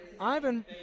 Ivan